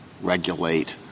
regulate